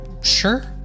sure